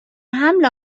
حمل